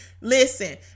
Listen